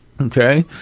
Okay